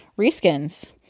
reskins